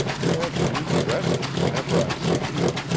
you have new dresses whenever i see you.